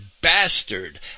bastard